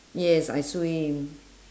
yes I swim